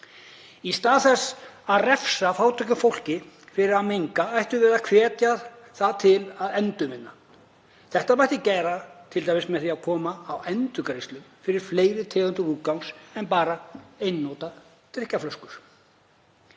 Í stað þess að refsa fátæku fólki fyrir að menga ættum við að hvetja það til að endurvinna. Það mætti t.d. gera með því að koma á endurgreiðslu fyrir fleiri tegundir úrgangs en bara einnota drykkjarflöskur.